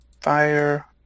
fire